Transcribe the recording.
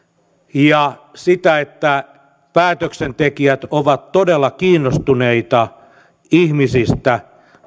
ja sitä että päätöksentekijät ovat todella kiinnostuneita ihmisistä